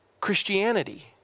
Christianity